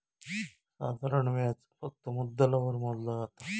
साधारण व्याज फक्त मुद्दलावर मोजला जाता